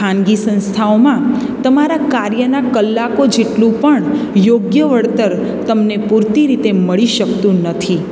ખાનગી સંસ્થાઓમાં તમારા કાર્યના કલાકો જેટલું પણ યોગ્ય વળતર તમને પૂરતી રીતે મળી શકતું નથી